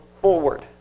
forward